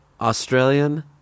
Australian